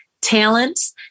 talents